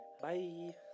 Bye